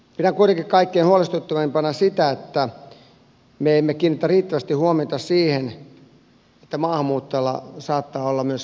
pidän kuitenkin kaikkein huolestuttavimpana sitä että me emme kiinnitä riittävästi huomiota siihen että maahanmuuttajalla saattaa olla myös rikostaustaa